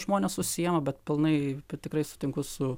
žmonės užsiima bet pilnai tikrai sutinku su